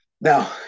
Now